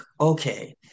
okay